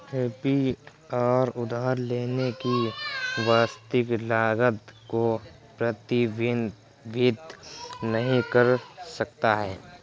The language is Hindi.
ए.पी.आर उधार लेने की वास्तविक लागत को प्रतिबिंबित नहीं कर सकता है